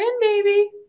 baby